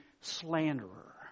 slanderer